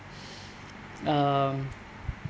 um